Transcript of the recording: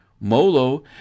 Molo